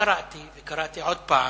קראתי, וקראתי עוד הפעם.